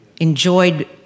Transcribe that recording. enjoyed